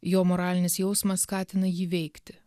jo moralinis jausmas skatina jį veikti